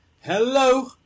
Hello